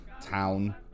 town